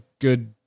good